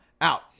out